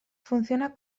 funciona